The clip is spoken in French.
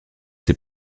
ses